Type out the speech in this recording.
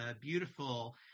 beautiful